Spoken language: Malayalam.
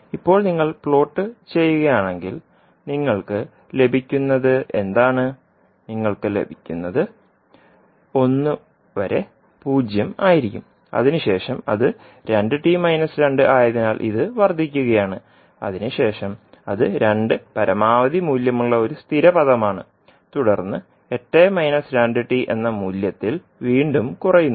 ഇപ്പോൾ നിങ്ങൾ പ്ലോട്ട് ചെയ്യുകയാണെങ്കിൽ നിങ്ങൾക്ക് ലഭിക്കുന്നതെന്താണ് അത് 1 വരെ 0 ആയിരിക്കും അതിനുശേഷം അത് ആയതിനാൽ ഇത് വർദ്ധിക്കുകയാണ് അതിനുശേഷം അത് 2 പരമാവധി മൂല്യമുള്ള ഒരു സ്ഥിര പദമാണ് തുടർന്ന് എന്ന മൂല്യത്തിൽ വീണ്ടും കുറയുന്നു